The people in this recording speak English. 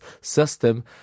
system